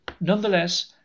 nonetheless